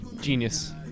Genius